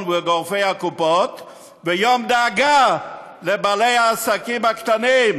וגורפי הקופות ליום דאגה לבעלי העסקים הקטנים,